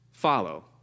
Follow